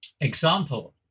example